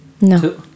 No